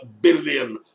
billion